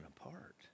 apart